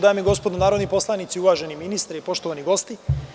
Dame i gospodo narodni poslanici, uvaženi ministre i poštovani gosti.